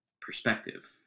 perspective